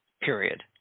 Period